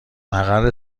مقر